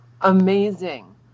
amazing